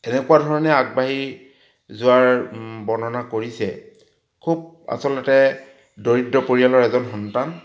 এনেকুৱা ধৰণে আগবাঢ়ি যোৱাৰ বৰ্ণনা কৰিছে খুব আচলতে দৰিদ্ৰ পৰিয়ালৰ এজন সন্তান